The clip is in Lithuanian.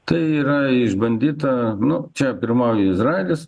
tai yra išbandyta nu čia pirmauja izraelis